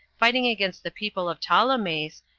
fighting against the people of ptolemais,